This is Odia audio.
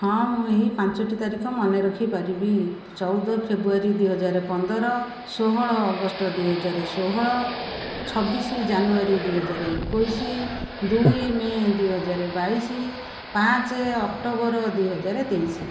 ହଁ ମୁଁ ଏହି ପାଞ୍ଚଟି ତାରିଖ ମନେ ରଖି ପାରିବି ଚଉଦ ଫେବୃଆରୀ ଦୁଇ ହଜାର ପନ୍ଦର ଷୋହଳ ଅଗଷ୍ଟ ଦୁଇ ହଜାର ଷୋହଳ ଛବିଶ ଜାନୁଆରୀ ଦୁଇ ହଜାର ଏକୋଇଶ ଦୁଇ ମେ ଦୁଇ ହଜାର ବାଇଶ ପାଞ୍ଚ ଅକ୍ଟୋବର ଦୁଇ ହଜାର ତେଇଶ